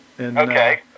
okay